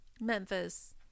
Memphis